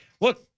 look